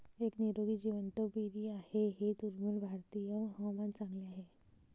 एक निरोगी जिवंत बेरी आहे हे दुर्मिळ भारतीय हवामान चांगले आहे